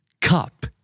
Cup